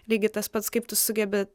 lygiai tas pats kaip tu sugebi